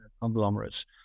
conglomerates